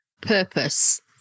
purpose